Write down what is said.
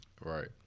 Right